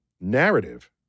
narrative